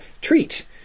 treat